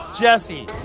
Jesse